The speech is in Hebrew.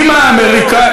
יש הוראות,